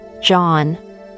John